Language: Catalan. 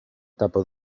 etapa